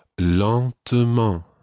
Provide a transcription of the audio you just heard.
lentement